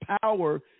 power